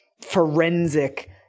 forensic